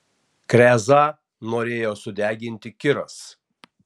krezą norėjo sudeginti kiras